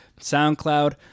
SoundCloud